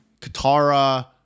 Katara